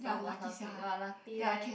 thumb or something !wah! lucky eh